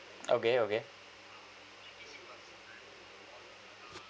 okay okay